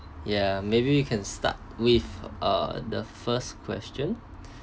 ya maybe you can start with uh the first question